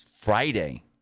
Friday